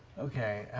okay.